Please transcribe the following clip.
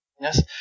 yes